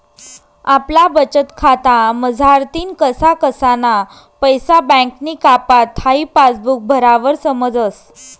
आपला बचतखाता मझारतीन कसा कसाना पैसा बँकनी कापात हाई पासबुक भरावर समजस